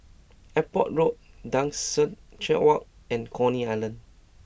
Airport Road Duchess Walk and Coney Island